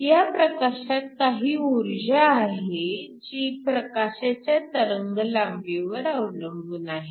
ह्या प्रकाशात काही ऊर्जा आहे जी प्रकाशाच्या तरंगलांबीवर अवलंबून आहे